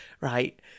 right